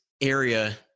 area